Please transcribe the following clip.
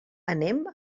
anem